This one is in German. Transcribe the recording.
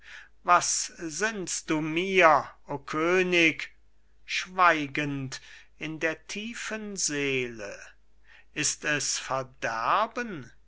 was sinnst du mir o könig schweigend in der tiefen seele ist es